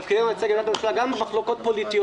תפקידנו לייצג את עמדת הממשלה גם במחלוקות פוליטיות.